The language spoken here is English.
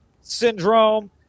Syndrome